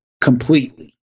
completely